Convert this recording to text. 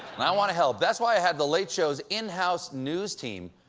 and i want to help. that's why i had the late show's in-house news team,